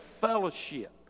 fellowship